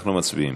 אנחנו מצביעים.